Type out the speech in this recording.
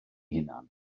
hunan